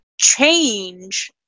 change